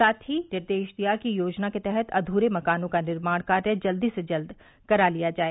साथ ही निर्देश दिया कि योजना के तहत अध्रे मकानों का निर्माण कार्य जल्द से जल्द करा लिया जाए